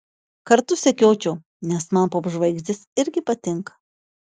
kartu sekiočiau nes man popžvaigždės irgi patinka